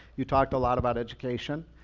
you talked a lot about education.